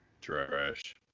Trash